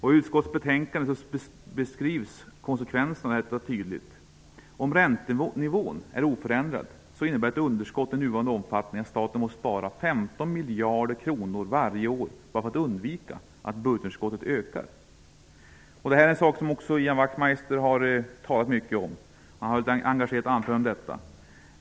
I utskottets betänkande beskrivs konsekvenserna av detta tydligt. Om räntenivån är oförändrad innebär ett underskott i nuvarande omfattning att staten måste spara 15 miljarder kronor varje år bara för att undvika att budgetunderskottet ökar. Det här är en sak som också Ian Wachtmeister har talat mycket om. Han höll ett engagerat anförande om detta.